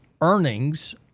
earnings